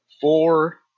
Four